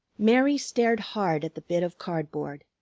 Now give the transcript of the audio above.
mary stared hard at the bit of cardboard.